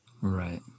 Right